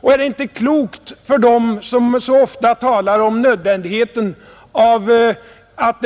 Vore det inte klokt av dem, som så ofta talar om nödvändigheten av att